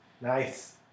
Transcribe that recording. Nice